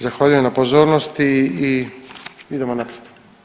Zahvaljujem na pozornosti i idemo naprijed.